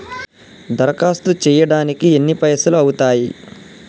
దరఖాస్తు చేయడానికి ఎన్ని పైసలు అవుతయీ?